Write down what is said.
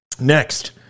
next